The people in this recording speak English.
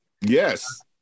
Yes